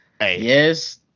Yes